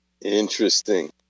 Interesting